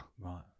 Right